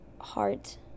heart